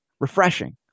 Refreshing